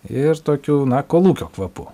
ir tokiu na kolūkio kvapu